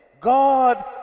God